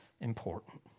important